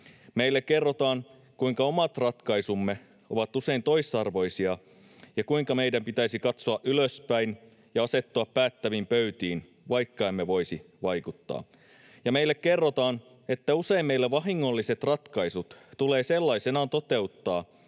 Meille kerrotaan, kuinka omat ratkaisumme ovat usein toisarvoisia ja kuinka meidän pitäisi katsoa ylöspäin ja asettua päättäviin pöytiin, vaikka emme voisi vaikuttaa, ja meille kerrotaan, että usein meille vahingolliset ratkaisut tulee sellaisenaan toteuttaa,